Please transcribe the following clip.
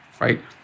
right